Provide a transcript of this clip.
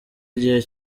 igihe